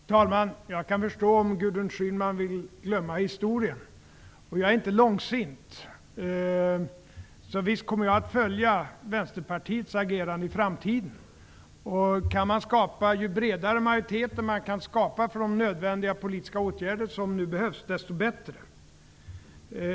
Fru talman! Jag har förståelse för att Gudrun Schyman vill glömma historien. Jag är inte långsint, så visst kommer jag att följa Vänsterpartiets agerande i framtiden. Ju bredare majoriteter man kan skapa för de nödvändiga politiska åtgärderna, desto bättre.